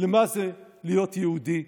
למה זה להיות יהודי.